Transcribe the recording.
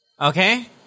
Okay